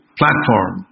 platform